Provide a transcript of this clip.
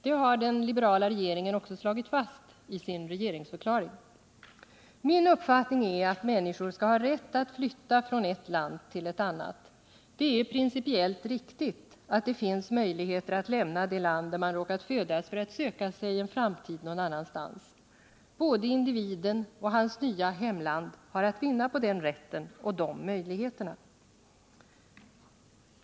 Det har den liberala regeringen också slagit fast i sin regeringsförklaring. Min uppfattning är att människor skall ha rätt att flytta från ett land till ett annat. Det är principiellt riktigt att det finns möjligheter att lämna det land där man råkat födas för att söka sig en framtid någon annanstans. Både individen och hans nya hemland har att vinna på den rätten och de möjligheterna.